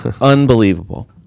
unbelievable